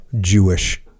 jewish